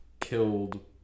killed